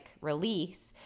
release